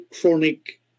chronic